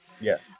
Yes